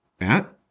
Matt